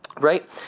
right